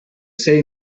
ser